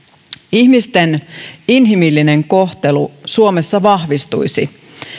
ihmisten inhimillinen kohtelu suomessa vahvistuisi